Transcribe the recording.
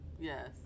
Yes